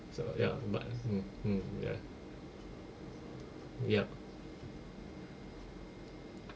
so ya but mm mm ya